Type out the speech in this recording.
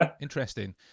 interesting